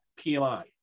PMI